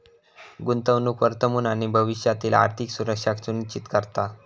गुंतवणूक वर्तमान आणि भविष्यातील आर्थिक सुरक्षा सुनिश्चित करता